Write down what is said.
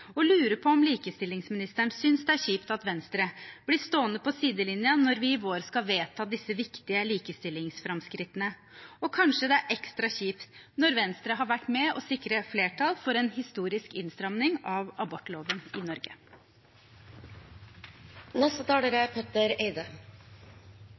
på om likestillingsministeren synes det er kjipt at Venstre blir stående på sidelinja når vi i vår skal vedta disse viktige likestillingsframskrittene. Og kanskje det er ekstra kjipt når Venstre har vært med på å sikre flertall for en historisk innstramming av abortloven i